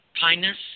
kindness